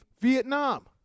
Vietnam